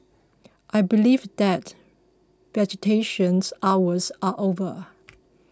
I believe that visitations hours are over